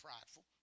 prideful